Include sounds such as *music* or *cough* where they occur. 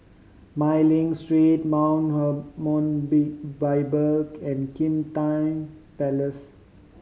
Mei Ling Street Mount Her *unintelligible* Bible and Kim Tian Palace